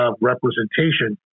representation